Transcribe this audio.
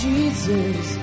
Jesus